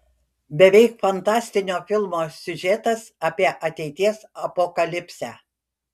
beveik fantastinio filmo siužetas apie ateities apokalipsę